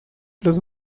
los